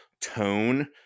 tone